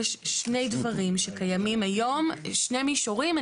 יש שנים דברים שקיימים היום, שני מישורים.